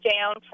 down